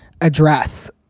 address